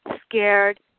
scared